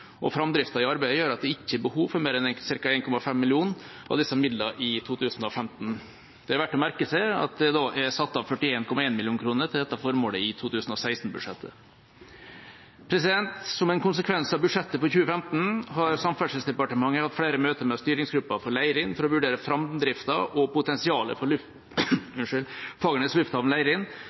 lokalisering. Framdriften i arbeidet gjør at det ikke er behov for mer enn ca. 1,5 mill. kr av disse midlene i 2015. Det er verdt å merke seg at det da er satt av 41,1 mill. kr til dette formålet i 2016-budsjettet. Som en konsekvens av budsjettet for 2015 har Samferdselsdepartementet hatt flere møter med styringsgruppen for Leirin for å vurdere framdriften og potensialet for Fagernes lufthavn,